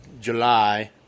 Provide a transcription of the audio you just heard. July